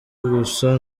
gusa